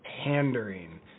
pandering